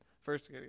first